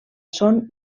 són